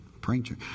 praying